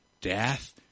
death